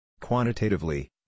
Quantitatively